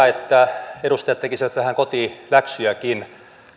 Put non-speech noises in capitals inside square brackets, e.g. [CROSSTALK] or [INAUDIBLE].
[UNINTELLIGIBLE] että edustajat tekisivät vähän kotiläksyjäkin